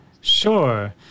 Sure